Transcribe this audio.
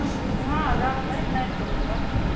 अँ हँ रहबै नहि किछु होत